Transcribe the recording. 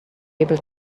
able